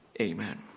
Amen